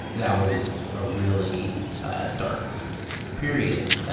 that was a really ah dark period.